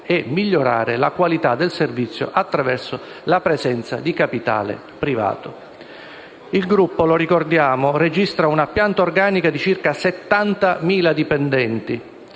e migliorare la qualità del servizio attraverso la presenza di capitale privato; il gruppo registra una pianta organica di circa 70.000 dipendenti: